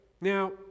Now